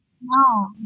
No